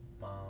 mom